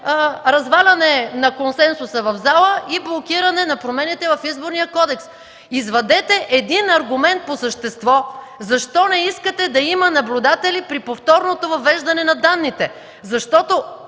разваляне на консенсуса в залата и блокиране на промените в Изборния кодекс. Извадете един аргумент по същество защо не искате да има наблюдатели при повторното въвеждане на данните, з Защото